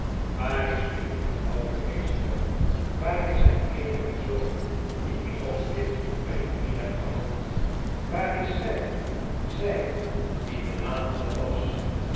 waar is mijn lieve oude meester waar is zijn eenige zoon dien ik als kind op mijn knie heb gehad waar is zij zij die de laatste was